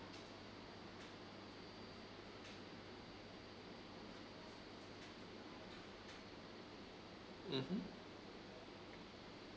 mmhmm